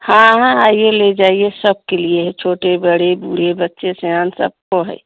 हाँ हाँ आइए ले जाइए सबके लिए है छोटे बड़े बूढ़े बच्चे सयाने सबके लिए है